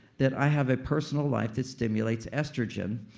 that i have a personal life that stimulates estrogen.